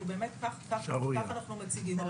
כך אנחנו מציגים,